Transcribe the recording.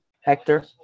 Hector